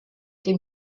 dem